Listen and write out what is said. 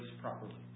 properly